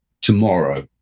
tomorrow